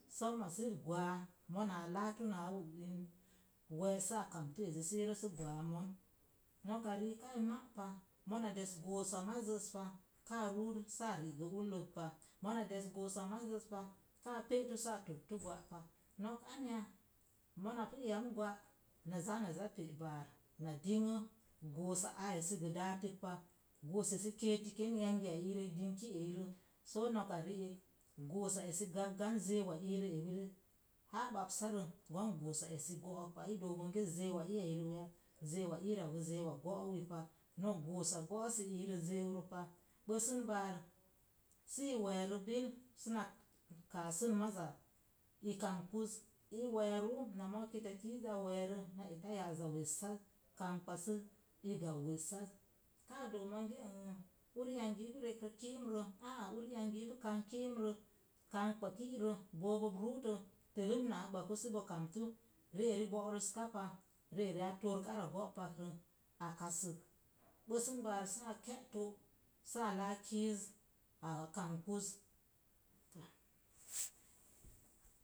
Sommoo se gwaa mona a latu mon a latu naa woo na wess ezi se yerə sə gwa'a sə gwaa mon. Noka rii kaa ma’ pa mona dəs goosa mazz pa, ka zu sa rigə ulle pa mona mee gasa mazzə pa ka pe'ta sə a toltu gwa pa. Nok anya mona pi yan gwa na za na za pee baar na dinggə gós a esə dátik pa gossa esi ketik kan yangi a yii rə, dink eii ra, so noka iik go'sa esə zak zan zeeu wa iire ebi rə áá ɓəsa rə gon go'sa góók pa i dook bonge zeeu a i a ewi zeeu a gó u pa gbəsən bar sə i wee rə bil sə na káá sə maza i kambəz muna zúci moo kitakiz a weere na esa ya'az a wessez kambə sə i gwau wessaz kaa doo mangə n ur yangi i pi rek rə kimre kambə kirə bó bo burə. Tullum na gbəku sə bo komtu ri eri go's ka pa ri eri ara gópak rə a kasək gbəsum saa laa kizza a kambəz